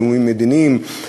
איומים מדיניים,